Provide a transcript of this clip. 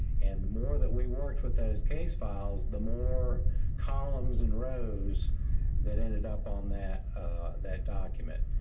and the more that we worked with those case files, the more columns and rows that ended up on that that document.